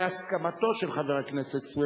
בהסכמתו של חבר הכנסת סוייד,